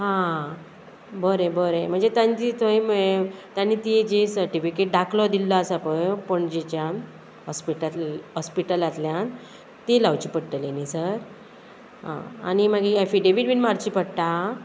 हां बरें बरें म्हणजे तांची थंय तांणी ती जी सर्टिफिकेट दाखलो दिल्लो आसा पय पणजेच्यान हॉस्पिटला हॉस्पिटलांतल्यान ती लावची पडटली न्ही सर आं आनी मागीर एफिडेवीट बीन मारची पडटा